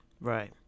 Right